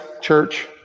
church